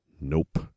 Nope